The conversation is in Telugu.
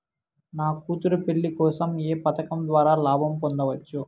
నా కూతురు పెళ్లి కోసం ఏ పథకం ద్వారా లాభం పొందవచ్చు?